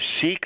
seek